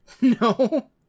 No